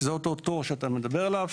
וזה אותו תור שאתה מדבר עליו,